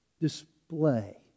display